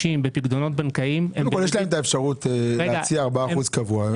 יש להם אפשרות להציע 4% קבוע.